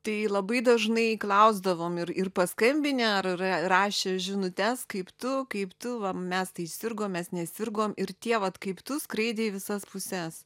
tai labai dažnai klausdavom ir ir paskambinę ar rašė žinutes kaip tu kaip tu va mes tai sirgom mes nesirgom ir tie vat kaip tu skraidė į visas puses